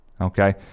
Okay